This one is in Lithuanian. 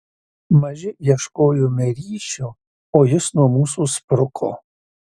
maži ieškojome ryšio o jis nuo mūsų spruko